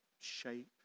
shape